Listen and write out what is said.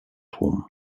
tłum